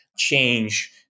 change